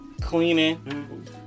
Cleaning